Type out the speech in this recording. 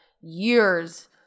years